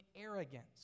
arrogance